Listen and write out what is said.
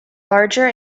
larger